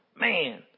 Man